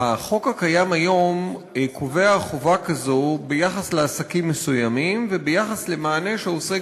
החוק הקיים היום קובע חובה כזו ביחס לעסקים מסוימים וביחס למענה שעוסק